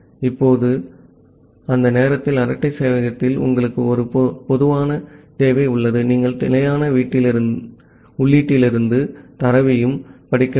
இப்போது அந்த நேரத்தில் அரட்டை சேவையகத்தில் உங்களுக்கு ஒரு பொதுவான தேவை உள்ளது நீங்கள் நிலையான உள்ளீட்டிலிருந்து தரவையும் படிக்க வேண்டும்